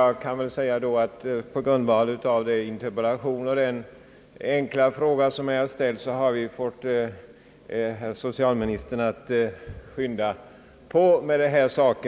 Genom de interpellationer och den enkla fråga som har ställts har vi fått socialministern att skynda på med denna sak.